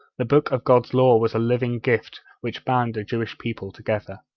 the book of god's law was a living gift which bound the jewish people together.